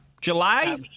July